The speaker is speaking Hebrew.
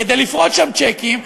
כדי לפרוט שם צ'קים,